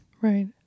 Right